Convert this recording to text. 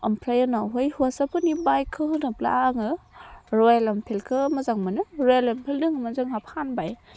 ओमफ्राय उनावहाय हौवासाफोरनि बाइकखो होनोब्ला आङो रयेल इनफिल्डखो मोजां मोनो रयेल इनफिल्ड दंमोन जोंहा फानबाय